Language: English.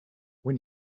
when